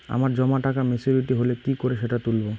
আমার জমা টাকা মেচুউরিটি হলে কি করে সেটা তুলব?